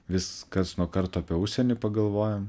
vis karts nuo karto apie užsienį pagalvojam